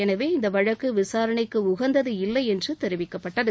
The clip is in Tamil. எனவே இந்த வழக்கு விசாரணைக்கு உகந்தது இல்லை என்று தெரிவிக்கப்பட்டது